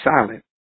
silent